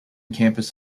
campus